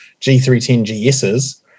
G310GSs